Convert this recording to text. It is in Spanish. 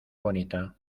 bonita